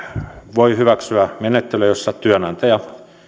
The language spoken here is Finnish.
voi hyväksyä menettelyä jossa työnantaja